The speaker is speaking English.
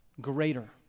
greater